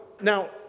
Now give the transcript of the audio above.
Now